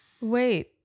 Wait